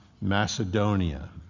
Macedonia